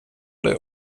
det